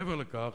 מעבר לכך,